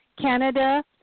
canada